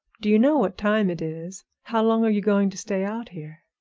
do you know what time it is? how long are you going to stay out here?